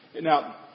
Now